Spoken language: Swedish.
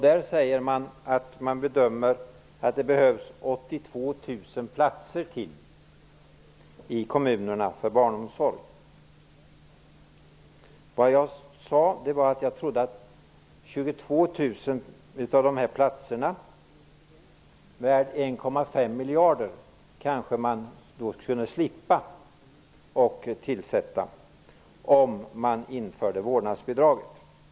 Där säger man att man bedömer att det behövs ytterligare 82 000 platser i kommunernas barnomsorg. Det jag sade var att jag trodde att man kanske skulle slippa att tillskapa 22 000 av dessa platser, värda 1,5 miljarder, om man införde vårdnadsbidrag.